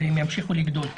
והם ימשיכו לגדול כנראה.